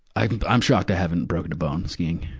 i'm i'm shocked i haven't broken a bone skiing.